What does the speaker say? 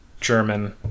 German